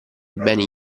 beni